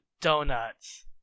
donuts